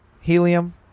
helium